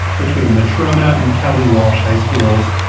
between the trona and kelly walsh high schools.